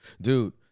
Dude